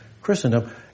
Christendom